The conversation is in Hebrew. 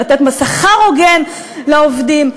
בשכר הוגן לעובדים.